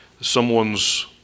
someone's